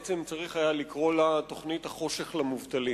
בעצם היה צריך לקרוא לה תוכנית החושך למובטלים.